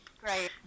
Great